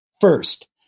first